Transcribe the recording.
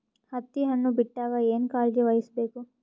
ಹತ್ತಿ ಹಣ್ಣು ಬಿಟ್ಟಾಗ ಏನ ಕಾಳಜಿ ವಹಿಸ ಬೇಕು?